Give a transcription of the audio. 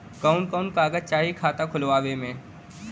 कवन कवन कागज चाही खाता खोलवावे मै?